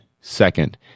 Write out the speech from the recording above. second